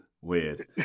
weird